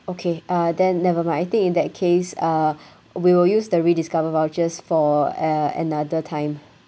okay uh then never mind I think in that case uh we will use the rediscover vouchers for uh another time